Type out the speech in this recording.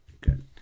Good